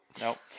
Nope